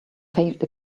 failed